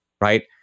right